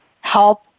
help